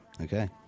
Okay